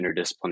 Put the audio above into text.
interdisciplinary